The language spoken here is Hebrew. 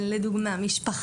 אבל אני אתן לכם דוגמא על משפחה,